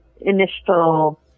initial